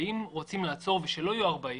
ואם רוצים לעצור ושלא יהיו 40,